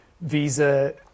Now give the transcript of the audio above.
visa